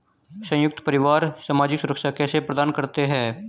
संयुक्त परिवार सामाजिक सुरक्षा कैसे प्रदान करते हैं?